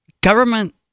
government